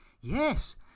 Yes